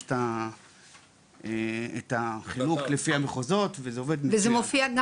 יש את החילוק לפי המחוזות וזה עובד מצוין.